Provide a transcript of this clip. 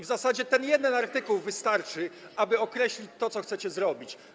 W zasadzie ten jeden artykuł wystarczy, aby określić to, co chcecie zrobić.